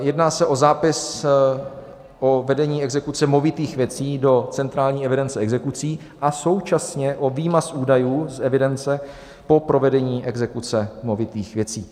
Jedná se o zápis o vedení exekuce movitých věcí do centrální evidence exekucí a současně o výmaz údajů z evidence po provedení exekuce movitých věcí.